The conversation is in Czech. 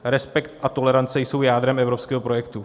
Respekt a tolerance jsou jádrem evropského projektu.